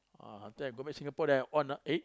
ah after that go back Singapore then I on !eh!